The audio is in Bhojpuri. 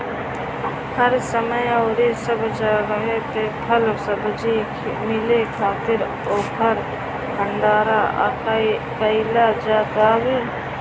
हर समय अउरी सब जगही पे फल सब्जी मिले खातिर ओकर भण्डारण कईल जात हवे